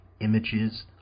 images